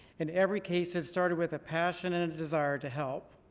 in every case it started with a passion and a desire to help.